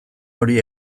hori